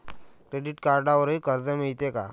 Credit कार्डवरही कर्ज मिळते का?